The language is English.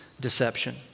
Deception